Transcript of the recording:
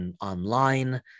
online